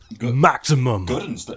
Maximum